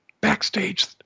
backstage